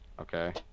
Okay